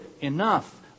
enough